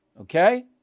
Okay